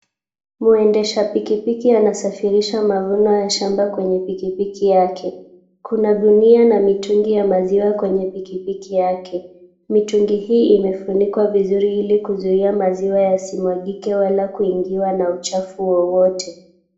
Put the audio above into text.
Mwendesha pikipiki anasafirisha mavuno ya shamba kwenye pikipiki yake. Kuna gunia na mitungi ya maziwa kwenye pikipiki yake. Mitungi hii imefunikwa vizuri ili kuzuia maziwa yasimwagike wala kuingiwa na uchafu wowote.